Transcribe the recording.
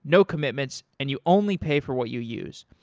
no commitments and you only pay for what you use.